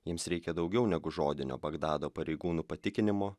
jiems reikia daugiau negu žodinio bagdado pareigūnų patikinimo